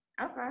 Okay